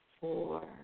four